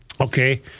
Okay